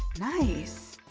nice.